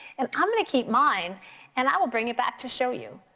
and i'm gonna keep mine and i will bring it back to show you.